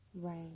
Right